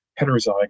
heterozygous